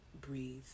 breathe